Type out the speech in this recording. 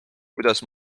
kuidas